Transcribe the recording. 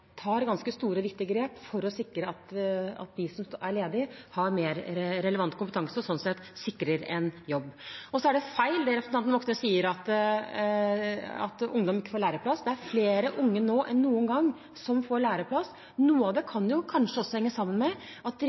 tar ganske store og viktige grep for å sikre at de som er ledige, har mer relevant kompetanse og sånn sett sikres en jobb. Det er feil, det representanten Moxnes sier om at ungdom ikke får læreplass. Det er flere unge nå enn noen gang som får læreplass. Noe av det kan kanskje henge sammen med at